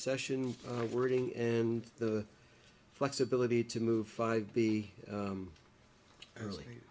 session wording and the flexibility to move five b earl